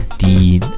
die